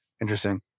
Interesting